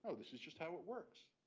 ah this is just how it works.